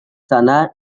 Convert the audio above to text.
sana